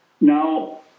Now